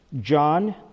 John